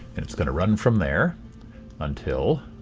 and it's going to run from there until